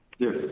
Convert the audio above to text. Yes